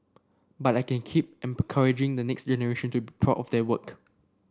but I can keep encouraging the next generation to be proud of their work